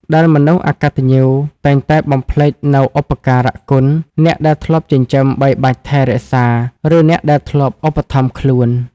ដែលមនុស្សអកត្តញ្ញូតែងតែបំភ្លេចនូវឧបការគុណអ្នកដែលធ្លាប់ចិញ្ចឹមបីបាច់ថែរក្សា ឬអ្នកដែលធ្លាប់ឧបត្ថម្ភខ្លួន។